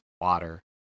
water